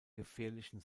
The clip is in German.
gefährlichen